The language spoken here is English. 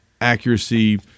accuracy